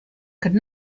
could